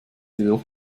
jedoch